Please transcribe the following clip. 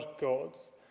gods